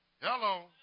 Hello